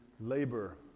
labor